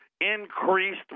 increased